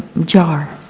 jar.